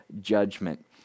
judgment